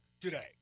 today